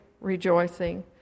rejoicing